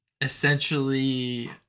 Essentially